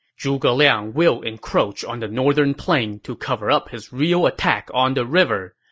zhuge liang will encroach on the northern plain to cover up his real attack on the river.